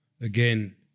again